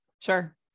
Sure